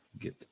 get